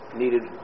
needed